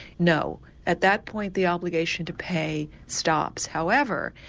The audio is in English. no, at that point the obligation to pay stops. however,